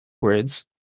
words